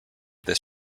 this